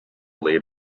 laid